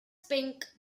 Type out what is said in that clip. pink